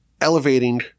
elevating